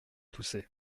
tousser